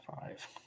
Five